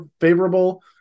favorable